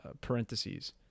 parentheses